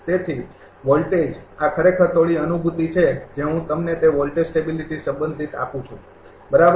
તેથી વોલ્ટેજ આ ખરેખર થોડી અનુભૂતિ છે જે હું તમને તે વોલ્ટેજ સ્ટેબીલિટી સંબંધિત આપું છું બરાબર